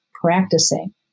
practicing